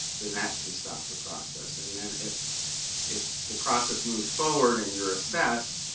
then that can stop the process. and then if if the process moves forward and you're assessed,